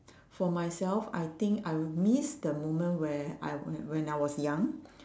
for myself I think I will miss the moment where I w~ when I was young